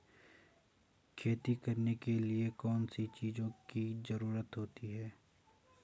खेती करने के लिए कौनसी चीज़ों की ज़रूरत होती हैं?